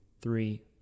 three